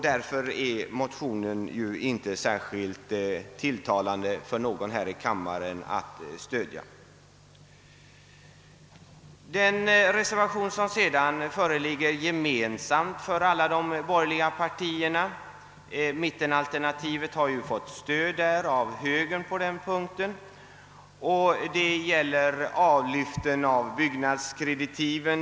Därför ter det sig inte särskilt tilltalande för någon här i kammaren att stödja deras reservation. Reservation 2 har avgivits gemensamt av alla de borgerliga partierna. Mittenalternativet har fått stöd av högern när det gäller avlyften av byggnadskreditiven.